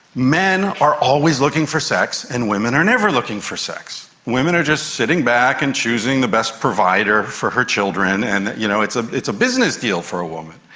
men are always looking for sex and women are never looking to sex. women are just sitting back and choosing the best provider for her children, and you know it's ah it's a business deal for a woman.